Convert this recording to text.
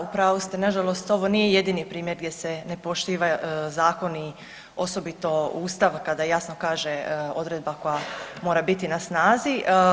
Da u pravu ste, na žalost ovo nije jedini primjer gdje se ne poštuje zakon i osobito Ustav kada jasno kaže odredba koja mora biti na snazi.